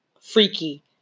freaky